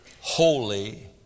holy